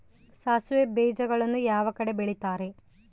ಸಾಸಿವೆ ಬೇಜಗಳನ್ನ ಯಾವ ಕಡೆ ಬೆಳಿತಾರೆ?